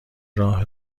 راه